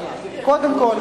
קודם כול,